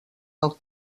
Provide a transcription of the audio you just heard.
del